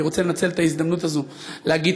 אני רוצה לנצל את ההזדמנות הזאת להגיד